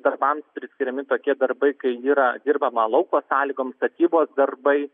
darbams priskiriami tokie darbai kai yra dirbama lauko sąlygom statybos darbai